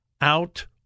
Out